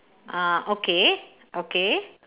ah okay okay